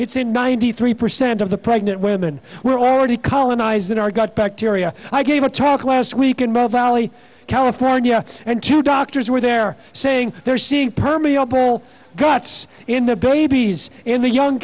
it's in ninety three percent of the pregnant women were already colonized in our gut bacteria i gave a talk last week and both valley california and two doctors were there saying they're seeing probably ople guts in the babies in the young